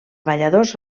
balladors